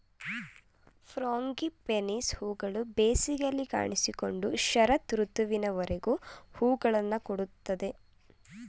frangipanis ಹೂಗಳು ಬೇಸಿಗೆಯಲ್ಲಿ ಕಾಣಿಸಿಕೊಂಡು ಶರತ್ ಋತುವಿನವರೆಗೂ ಹೂಗಳನ್ನು ಕೊಡುತ್ತದೆ